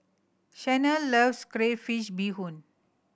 Shanell loves crayfish beehoon